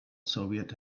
soviet